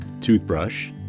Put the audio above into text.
toothbrush